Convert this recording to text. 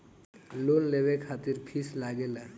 Loan लेवे खातिर fees लागेला?